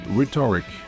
Rhetoric